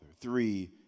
Three